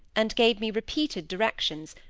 and gave me repeated directions,